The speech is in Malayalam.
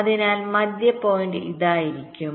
അതിനാൽ മധ്യ പോയിന്റ് ഇതായിരിക്കും